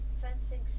fencing